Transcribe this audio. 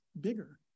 bigger